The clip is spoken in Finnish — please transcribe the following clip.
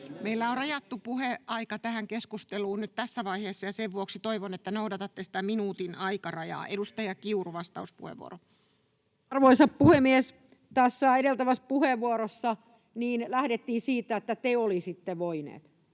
Meillä on rajattu puheaika tähän keskusteluun nyt tässä vaiheessa, ja sen vuoksi toivon, että noudatatte sitä minuutin aikarajaa. — Edustaja Kiuru, vastauspuheenvuoro. Arvoisa puhemies! Tässä edeltävässä puheenvuorossa lähdettiin siitä, että ”te olisitte voineet”.